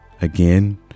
again